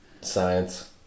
Science